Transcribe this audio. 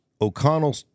O'Connell